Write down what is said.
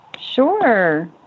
Sure